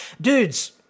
Dudes